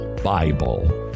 Bible